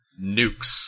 nukes